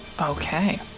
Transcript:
Okay